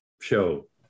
show